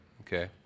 Okay